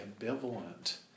ambivalent